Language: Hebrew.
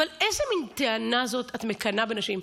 אבל איזו מין טענה זאת "את מקנאה בנשים"?